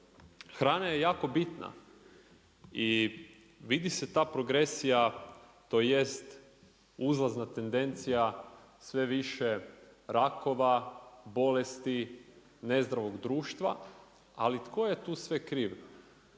Hrana je jako bitna i vidi se ta progresija tj. uzlazna tendencija sve više rakova, bolesti, ne zdravog društva, ali tko je tu sve kriv?